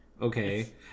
okay